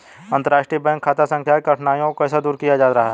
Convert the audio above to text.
अंतर्राष्ट्रीय बैंक खाता संख्या की कठिनाइयों को कैसे दूर किया जा रहा है?